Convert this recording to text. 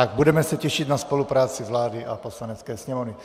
A budeme se těšit na spolupráci vlády a Poslanecké sněmovny.